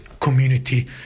community